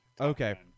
Okay